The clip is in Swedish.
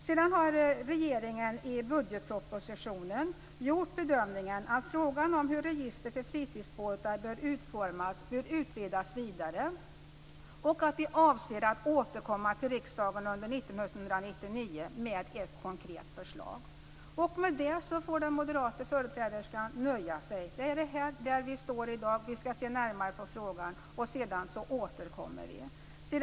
Sedan har regeringen i budgetpropositionen gjort bedömningen att frågan om hur ett register för fritidsbåtar bör utformas bör utredas vidare och att vi avser att återkomma till riksdagen under 1999 med ett konkret förslag. Med det får den moderata företräderskan nöja sig. Det är där vi står i dag. Vi skall titta närmare på frågan och sedan återkommer vi.